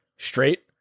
Straight